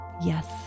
Yes